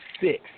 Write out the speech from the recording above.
six